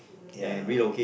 ya